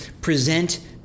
present